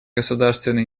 государственные